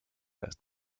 erst